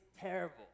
terrible